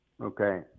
Okay